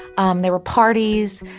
um there were parties,